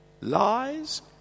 Lies